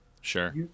Sure